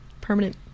permanent